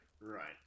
Right